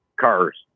Cars